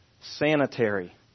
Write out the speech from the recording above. sanitary